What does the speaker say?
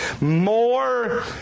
More